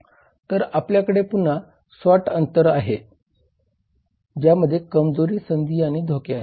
तर आपल्याकडे पुन्हा स्वॉट अंतर आहे ज्यामध्ये कमजोरी संधी आणि धोके आहेत